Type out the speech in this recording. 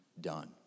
done